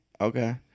Okay